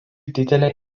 didelę